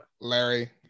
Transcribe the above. Larry